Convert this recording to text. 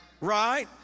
right